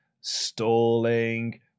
stalling